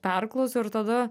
perklausiau ir tada